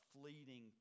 fleeting